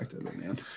man